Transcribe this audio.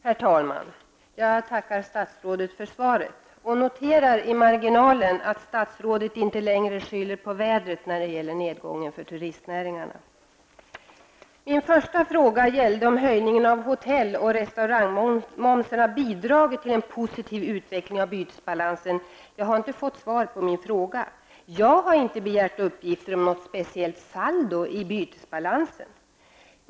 Herr talman! Jag tackar statsrådet för svaret och noterar i marginalen att statsrådet inte längre skyller nedgången för turistnäringarna på vädret. Min första fråga gällde om höjningen av hotell och restaurangmomsen har bidragit till en positiv utveckling av bytesbalansen. Jag har inte fått svar på den frågan. Jag har inte begärt uppgifter om något speciellt saldo i bytesbalansen.